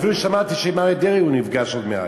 אפילו שמעתי שעם אריה דרעי הוא נפגש עוד מעט,